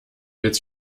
jetzt